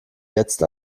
jetzt